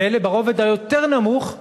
ואלה, ברובד היותר נמוך,